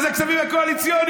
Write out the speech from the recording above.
מה זה הכספים הקואליציוניים?